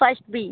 first B